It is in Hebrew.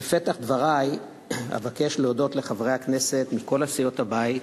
בפתח דברי אבקש להודות לחברי הכנסת מכל סיעות הבית